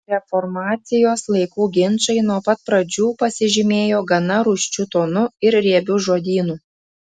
reformacijos laikų ginčai nuo pat pradžių pasižymėjo gana rūsčiu tonu ir riebiu žodynu